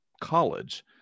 college